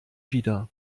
wieder